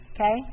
Okay